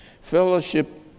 fellowship